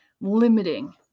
limiting